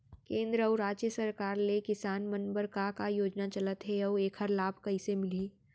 केंद्र अऊ राज्य सरकार ले किसान मन बर का का योजना चलत हे अऊ एखर लाभ कइसे मिलही?